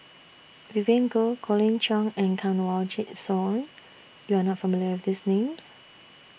Vivien Goh Colin Cheong and Kanwaljit Soin YOU Are not familiar with These Names